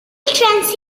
transit